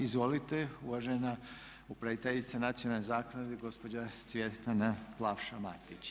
Izvolite uvažena upraviteljica nacionalne zaklade gospođa Cvjetana Plavša-Matić.